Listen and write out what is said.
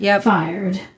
fired